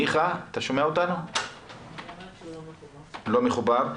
מיכה לא מחובר.